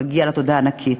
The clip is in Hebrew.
מגיעה לה תודה ענקית.